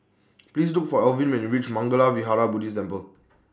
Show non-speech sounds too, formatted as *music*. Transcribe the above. *noise* Please Look For Elvin when YOU REACH Mangala Vihara Buddhist Temple